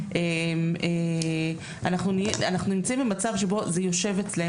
אנחנו נמצאים במצב שבו זה יושב אצלנו.